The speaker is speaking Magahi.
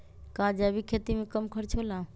का जैविक खेती में कम खर्च होला?